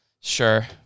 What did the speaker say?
sure